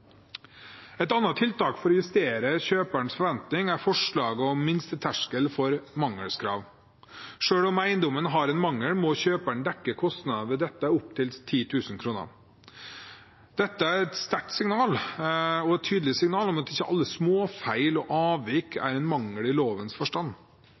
Et annet tiltak for å justere kjøperens forventning er forslaget om minsteterskel for mangelkrav. Selv om eiendommen har en mangel, må kjøperen dekke kostnader ved dette opptil 10 000 kr. Dette er et sterkt og tydelig signal om at ikke alle småfeil og avvik